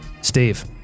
Steve